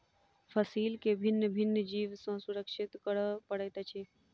फसील के भिन्न भिन्न जीव सॅ सुरक्षित करअ पड़ैत अछि